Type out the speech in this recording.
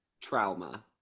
trauma